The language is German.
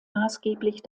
maßgeblich